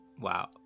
Wow